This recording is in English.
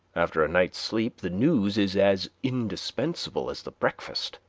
after a night's sleep the news is as indispensable as the breakfast.